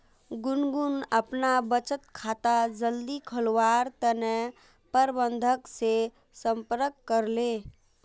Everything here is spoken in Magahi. गुनगुन अपना बचत खाता जल्दी खोलवार तने प्रबंधक से संपर्क करले